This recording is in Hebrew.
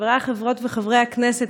חברי חברות וחברי הכנסת,